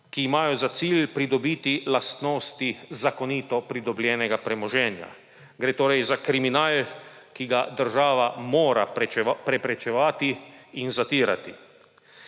ki imajo za cilj pridobiti lastnosti zakonito pridobljenega premoženja. Gre torej za kriminal, ki ga država mora preprečevati in zatirati.